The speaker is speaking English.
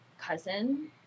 cousin